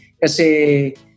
Kasi